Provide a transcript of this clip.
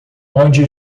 onde